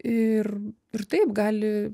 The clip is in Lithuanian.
ir ir taip gali